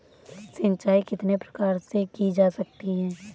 सिंचाई कितने प्रकार से की जा सकती है?